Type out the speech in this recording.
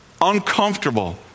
uncomfortable